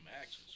axes